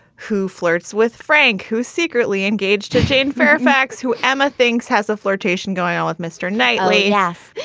who flirts with frank, who's secretly engaged to jane fairfax, who emma thinks has a flirtation going on with mr. knightley. yes.